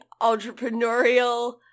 Entrepreneurial